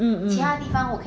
mmhmm